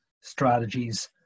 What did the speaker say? strategies